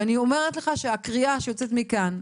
ואני אומרת לך שהקריאה שיוצאת מכאן,